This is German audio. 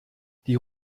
die